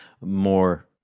more